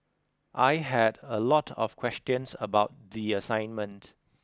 I had a lot of questions about the assignment